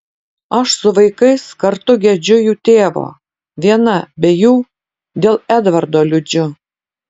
aš su vaikais kartu gedžiu jų tėvo viena be jų dėl edvardo liūdžiu